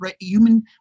human